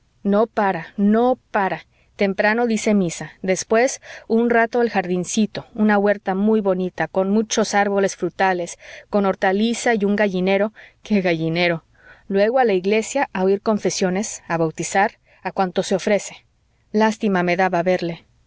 no para no para temprano dice misa después un rato al jardincito una huerta muy bonita con muchos árboles frutales con hortaliza y un gallinero qué gallinero luego a la iglesia a oír confesiones a bautizar a cuanto se ofrece lástima me daba verle